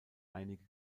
einige